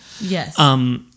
Yes